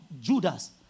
Judas